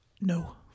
No